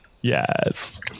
yes